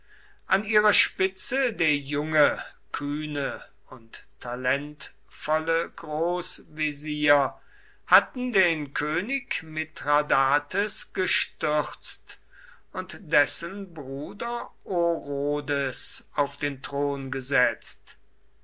an ihrer spitze der junge kühne und talentvolle großwesir hatten den könig mithradates gestürzt und dessen bruder orodes auf den thron gesetzt